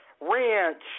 ranch